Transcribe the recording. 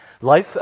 Life